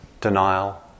denial